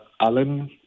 Alan